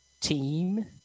team